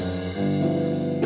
the